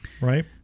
Right